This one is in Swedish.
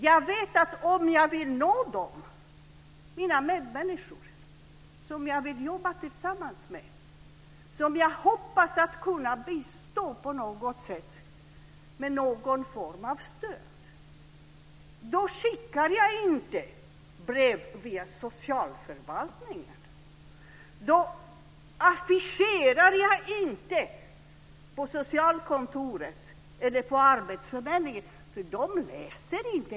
Jag vet att om jag vill nå dem, mina medmänniskor som jag vill jobba tillsammans med, som jag hoppas kunna bistå på något sätt med någon form av stöd, då skickar jag inte brev via socialförvaltningen. Då affischerar jag inte på socialkontoret eller på arbetsförmedlingen, för det läser de inte.